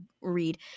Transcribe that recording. read